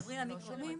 הלאומי.